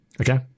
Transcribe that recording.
Okay